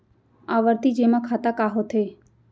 आवर्ती जेमा खाता का होथे?